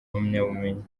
impamyabumenyi